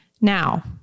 Now